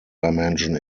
dimension